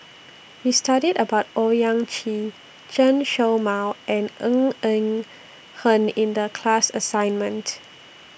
We studied about Owyang Chi Chen Show Mao and Ng Eng Hen in The class assignment